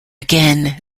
again